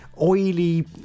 oily